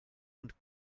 und